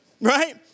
right